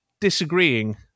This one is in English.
disagreeing